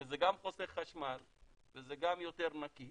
שזה גם חוסך חשמל וזה גם יותר נקי